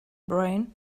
brain